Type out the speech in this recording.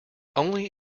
only